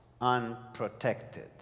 unprotected